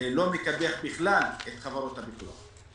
לא מקפח בכלל את חברות הביטוח.